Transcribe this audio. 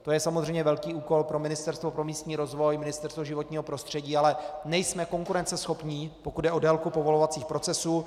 To je samozřejmě velký úkol pro Ministerstvo pro místní rozvoj, Ministerstvo životního prostředí, ale nejsme konkurenceschopní, pokud jde o délku povolovacích procesů.